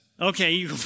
Okay